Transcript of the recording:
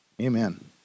amen